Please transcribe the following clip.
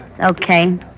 okay